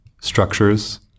structures